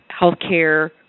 healthcare